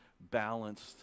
balanced